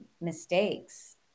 mistakes